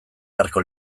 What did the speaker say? beharko